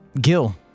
Gil